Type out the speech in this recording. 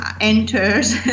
enters